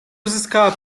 uzyskała